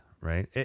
Right